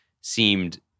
seemed